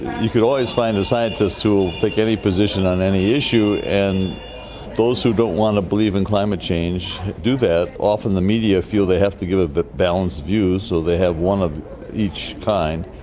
you could always find a scientist who will take any position on any issue, and those who don't want to believe in climate change do that. often the media feel they have to give a but balanced view, so they have one of each kind.